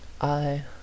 I